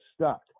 stuck